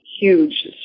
huge